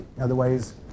otherwise